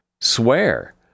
Swear